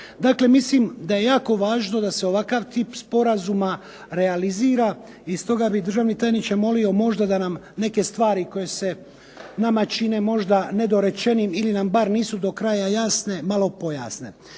Dakle, mislim da je jako važno da se ovakav tip sporazuma realizira i stoga bih državni tajniče molio da neke stvari koje se nama čine možda nedorečenim ili nam bar do kraja nisu jasne pojasne,